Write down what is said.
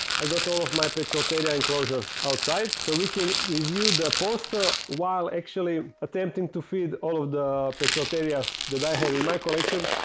i got all of my poecilotheria enclosures outside so we can review the poster while actually attempting to feed all of the poecilotherias that i have in my collection.